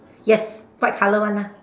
yes white color one ah